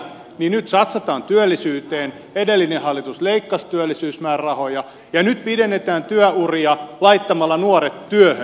nyt satsataan työllisyyteen edellinen hallitus leikkasi työllisyysmäärärahoja ja nyt pidennetään työuria laittamalla nuoret työhön